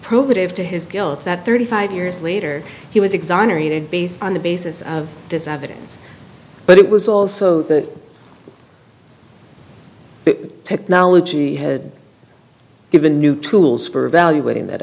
probative to his guilt that thirty five years later he was exonerated based on the basis of this evidence but it was also the technology had given new tools for evaluating that